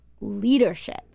leadership